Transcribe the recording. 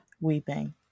weeping